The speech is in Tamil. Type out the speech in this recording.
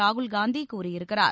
ராகுல்காந்தி கூறியிருக்கிறார்